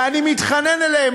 ואני מתחנן אליהם,